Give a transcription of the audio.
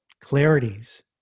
clarities